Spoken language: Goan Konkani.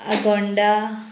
आगोंडा